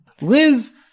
Liz